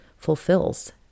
fulfills